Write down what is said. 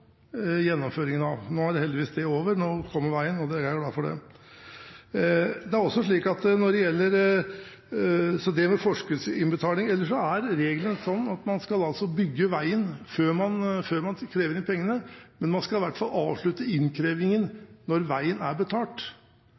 gjennomføringen av. Nå er det heldigvis over, nå kommer veien, og jeg er glad for det. Regelen er at man skal bygge veien, før man krever inn pengene. Men man skal i hvert fall avslutte innkrevingen når veien er betalt.